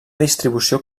distribució